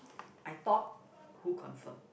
I thought who confirm